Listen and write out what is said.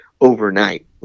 overnight